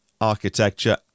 architecture